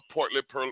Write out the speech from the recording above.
Portland